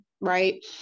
Right